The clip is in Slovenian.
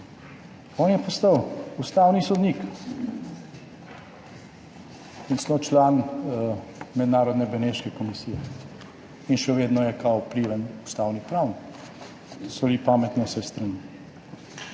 On je postal ustavni sodnik in celo član mednarodne Beneške komisije in še vedno je kao vpliven ustavni pravnik, soli pamet na vse strani.